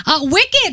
Wicked